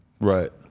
Right